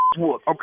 Okay